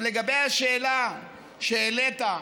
בדבר השאלה שהעלית,